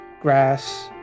grass